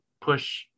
push